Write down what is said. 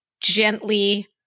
gently